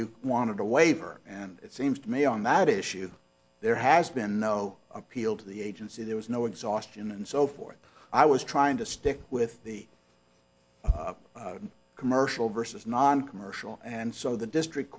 you wanted a waiver and it seems to me on that issue there has been no appeal to the agency there was no exhaustion and so forth i was trying to stick with the commercial versus noncommercial and so the district